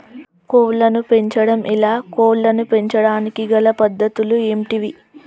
కోళ్లను పెంచడం ఎలా, కోళ్లను పెంచడానికి గల పద్ధతులు ఏంటివి?